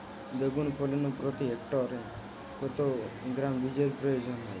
বেগুন ফলনে প্রতি হেক্টরে কত গ্রাম বীজের প্রয়োজন হয়?